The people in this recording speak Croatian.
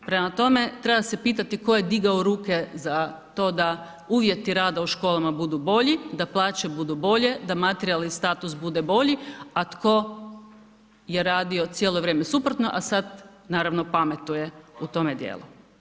Prema tome, treba se pitati ko je digao ruke za to da uvjeti rada u školama budu bolji, da plaće budu bolje, da materijalni status bude bolji, a tko je radio cijelo vrijeme suprotno, a sad naravno pametuje u tome dijelu.